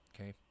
okay